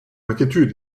inquiétude